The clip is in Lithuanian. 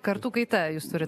kartų kaita jūs turit